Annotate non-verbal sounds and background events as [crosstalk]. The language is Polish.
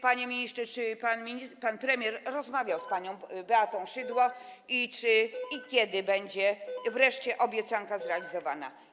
Panie ministrze, czy pan premier rozmawiał [noise] z panią Beatą Szydło i czy i kiedy będzie wreszcie obiecanka zrealizowana?